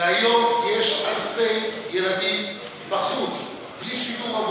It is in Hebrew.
והיום יש אלפי ילדים בחוץ, בלי סידור.